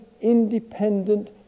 independent